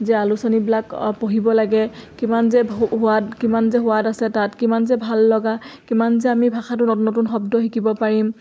যে আলোচনীবিলাক পঢ়িব লাগে কিমান যে সোৱাদ কিমান যে সোৱাদ আছে তাত কিমান যে ভাল লগা কিমান যে আমি ভাষাটো নতুন নতুন শব্দ শিকিব পাৰিম